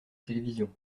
télévision